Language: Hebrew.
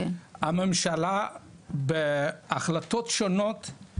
הממשלה בהחלטות שונות,